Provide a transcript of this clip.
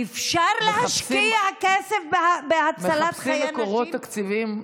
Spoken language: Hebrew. אי-אפשר להשקיע כסף בהצלת חיי נשים?